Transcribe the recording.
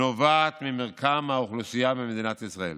נובעת ממרקם האוכלוסייה במדינת ישראל,